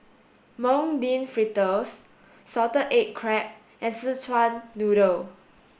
mung bean fritters salted egg crab and Szechuan noodle